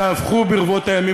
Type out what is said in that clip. שהפכו ברבות הימים,